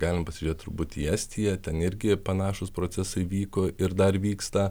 galim pasižiūrėt turbūt į estiją ten irgi panašūs procesai vyko ir dar vyksta